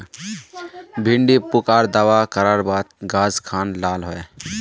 भिन्डी पुक आर दावा करार बात गाज खान लाल होए?